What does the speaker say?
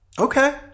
Okay